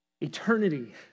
Eternity